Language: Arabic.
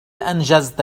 أنجزت